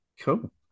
Cool